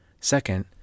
Second